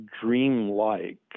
dreamlike